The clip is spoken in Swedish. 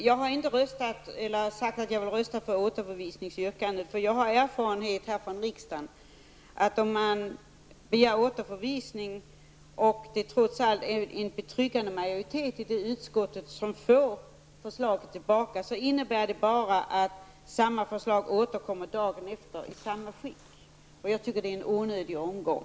Herr talman! Jag har inte sagt att jag tänker rösta för framställda återförvisningsyrkande. Jag har nämligen erfarenhet här i riksdagen av hur det kan bli i sådana sammanhang. Om man begär återförvisning av ett ärende och det trots allt finns en betryggande majoritet i det utskott som får tillbaka förslaget i fråga, innebär det bara att förslaget återkommer nästa dag i samma skick. Jag tycker att det är en onödig omgång.